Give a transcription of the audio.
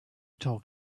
talk